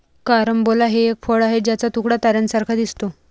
carambola हे एक फळ आहे ज्याचा तुकडा ताऱ्यांसारखा दिसतो